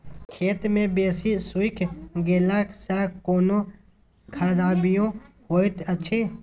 खेत मे बेसी सुइख गेला सॅ कोनो खराबीयो होयत अछि?